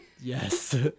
Yes